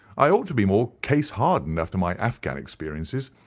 i ought to be more case-hardened after my afghan experiences.